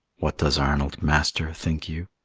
what does arnold, master, think you?